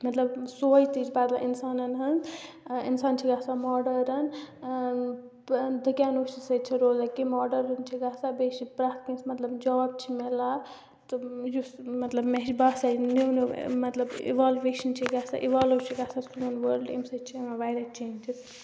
مطلب سوٗنٛچ تہِ چھےٚ بدلان اِنسانن ہٕنٛز اِنسان چھِ گَژھان ماڈٲرٕن دقیانوسی سٍتۍ چھِ روزان کہِ ماڈٲرٕن چھِ گژھان بیٚیہِ چھِ پرٛٮ۪تھ کٲنٛسہِ مطلب جاب چھِ میلان تہٕ یُس مطلب مےٚ چھُ باسان نوٚو نوٚو مطلب اِوالوٗیشن چھےٚ گَژھان اِوالو چھُ گَژھان سون ؤرلٕڈ اَمہِ سٍتۍ چھُ یِوان واریاہ چینجٕز